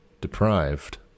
deprived